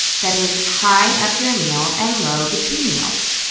that is, high after a meal and low between meals.